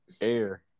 air